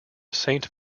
saint